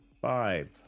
Five